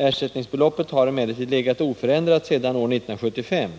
Ersättningsbeloppet har emellertid legat oförändrat sedan år 1975.